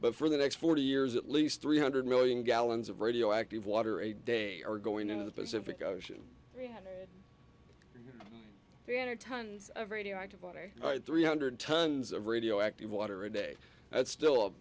but for the next forty years at least three hundred million gallons of radioactive water a day are going into the pacific ocean danner tons of radioactivity three hundred tons of radioactive water a day that's still a